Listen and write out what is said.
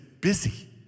busy